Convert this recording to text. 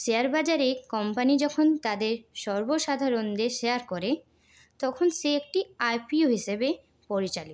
share বাজারে company যখন তাদের সর্বসাধারণদের শেয়ার করে তখন সে একটি আইপিও হিসেবে পরিচালিত